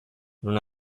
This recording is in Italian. non